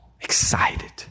excited